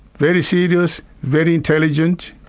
very serious, very intelligent,